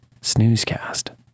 snoozecast